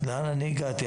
לאן אני הגעתי?